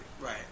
Right